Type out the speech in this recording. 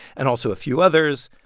and also a few others.